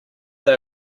they